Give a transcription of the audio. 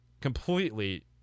completely